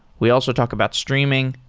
we also talk about streaming,